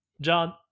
John